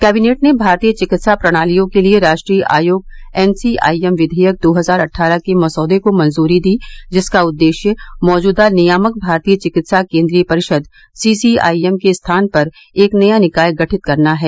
cabinet ने भारतीय चिकित्साी प्रणालियों के लिए राष्ट्रीय आयोग एनसीआईएम विघेयक दो हजार अट्ठारह के मसौदे को मंजूरी दी जिसका उद्देश्यय मौजूदा नियामक भारतीय चिकित्सा केंद्रीय परिषद सीसीआईएम के स्थान पर एक नया निकाय गठित करना है